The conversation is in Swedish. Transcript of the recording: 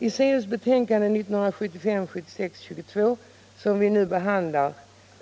I civilutskottets betänkande 1975/76:22, som vi nu behandlar,